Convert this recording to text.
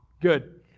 good